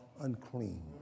unclean